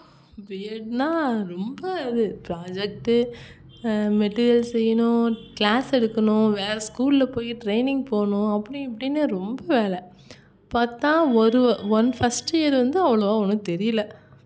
பிஎட்னால் ரொம்ப அது project material செய்யணும் க்ளாஸ் எடுக்கணும் வேற ஸ்கூல்ல போய் ட்ரைனிங் போகணும் அப்படி இப்படின்னு ரொம்ப வேலை பார்த்தா ஒரு ஒன் ஃபர்ஸ்ட் இயர் வந்து அவ்வளோவா ஒன்றும் தெரியல